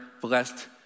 blessed